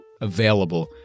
available